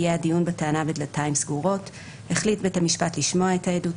יהיה הדיון בטענה בדלתיים סגורות; החליט בית המשפט לשמוע את העדות,